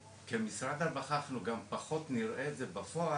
כמשרד הרווחה אנחנו גם פחות נראה את זה בפועל,